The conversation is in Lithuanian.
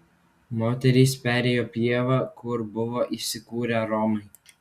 moterys perėjo pievą kur buvo įsikūrę romai